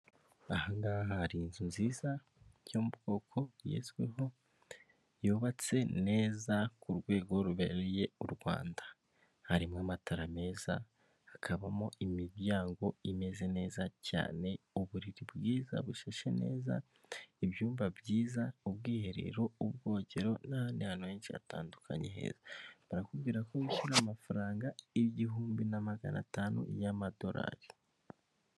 Ahaha hari inzu nziza yo mu bwoko bwizwiho yubatse neza ku rwego rubereye u Rwanda, harimo amatara meza, hakabamo imiryango imeze neza cyane, uburiri bwiza, bushashe neza, ibyumba byiza, ubwiherero, ubwogero, n’ahandi hantu heshi hatandukanye heza. Barakubwira ko wishyira amafaranga igihumbi na magana atanu y’amadolari.